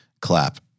clap